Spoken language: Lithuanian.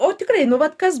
o tikrai nu vat kas